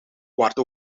kwart